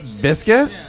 Biscuit